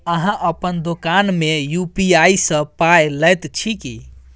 अहाँ अपन दोकान मे यू.पी.आई सँ पाय लैत छी की?